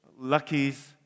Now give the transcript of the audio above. Lucky's